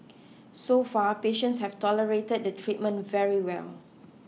so far patients have tolerated the treatment very well